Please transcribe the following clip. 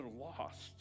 lost